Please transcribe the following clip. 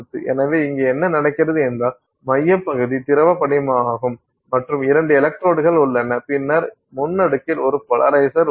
எனவே இங்கே என்ன நடக்கிறது என்றால் மைய பகுதி திரவ படிகமாகும் மற்றும் இரண்டு எலக்ட்ரோடுகள் உள்ளன பின்னர் முன் அடுக்கில் ஒரு போலரைஷர் உள்ளது